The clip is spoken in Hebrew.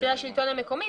השלטון המקומי,